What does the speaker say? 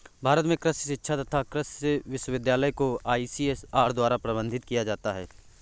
भारत में कृषि शिक्षा तथा कृषि विश्वविद्यालय को आईसीएआर द्वारा प्रबंधित किया जाता है